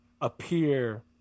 appear